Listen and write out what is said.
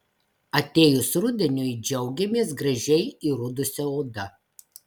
atėjus rudeniui džiaugiamės gražiai įrudusia oda